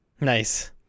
Nice